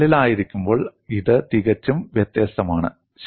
അതിനുള്ളിലായിരിക്കുമ്പോൾ ഇത് തികച്ചും വ്യത്യസ്തമാണ്